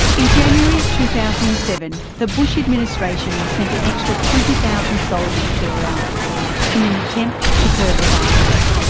in january two thousand and seven the bush administration sent an extra twenty thousand soldiers to iraq in an attempt to curb the violence.